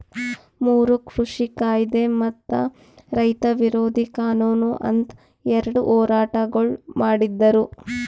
ಮೂರು ಕೃಷಿ ಕಾಯ್ದೆ ಮತ್ತ ರೈತ ವಿರೋಧಿ ಕಾನೂನು ಅಂತ್ ಎರಡ ಹೋರಾಟಗೊಳ್ ಮಾಡಿದ್ದರು